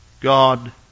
God